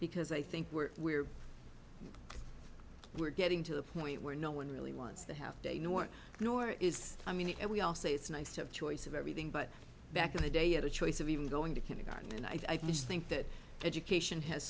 because i think we're we're we're getting to the point where no one really wants to have a new one nor is i mean we all say it's nice to have choice of everything but back in the day at the choice of even going to kindergarten and i just think that education has